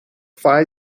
phi